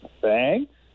thanks